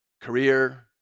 career